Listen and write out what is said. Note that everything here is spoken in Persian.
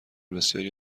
بسیاری